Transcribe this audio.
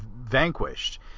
vanquished